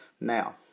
Now